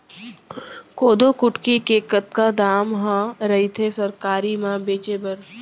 कोदो कुटकी के कतका दाम ह रइथे सरकारी म बेचे बर?